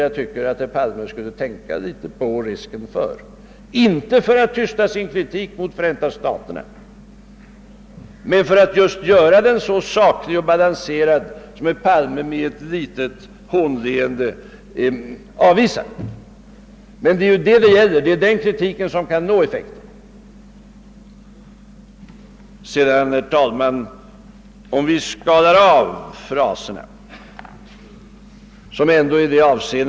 Jag anser att herr Palme skulle tänka litet på risken för detta, inte för att tysta sin kritik mot Förenta staterna, men för att just ge den en sådan saklighet och balans som herr Palme med ett litet hånleende avvisar. Men det är sådan kritik som kan ge effekt. Herr talman! Låt oss skala av herr Palmes fraser beträffande uländernas situation.